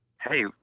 hey